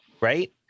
right